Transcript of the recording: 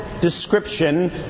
description